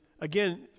again